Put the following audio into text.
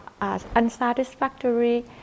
unsatisfactory